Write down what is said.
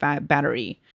battery